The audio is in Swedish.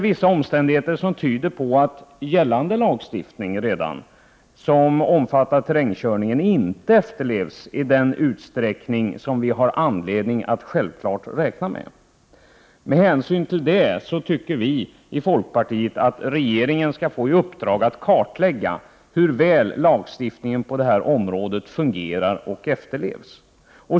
Vissa omständigheter tyder på att gällande lagstiftning om terrängkörning inte efterlevs i den utsträckning som vi har anledning att självklart räkna med. Med hänsyn härtill tycker vi i folkpartiet att regeringen skall få i uppdrag att kartlägga hur väl lagen på detta område fungerar och efterlevs.